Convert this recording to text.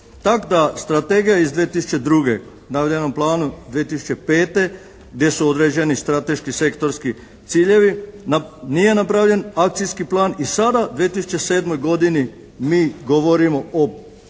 strategija iz 2002. najavljenom planu 2005. gdje su određeni strateški, sektorski ciljevi nije napravljen akcijski plan i sada u 2007. godini mi govorimo o